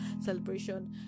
celebration